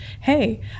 hey